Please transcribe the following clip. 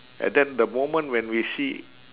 and then the moment when we see